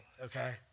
okay